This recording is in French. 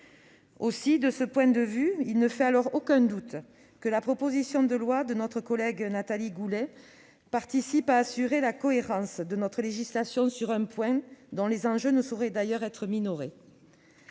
De ce point de vue, il ne fait aucun doute que la proposition de loi de notre collègue Nathalie Goulet contribue à assurer la cohérence de notre législation sur un point dont les enjeux ne sauraient être minorés.